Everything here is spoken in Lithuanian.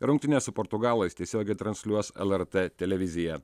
rungtynes su portugalais tiesiogiai transliuos lrt televizija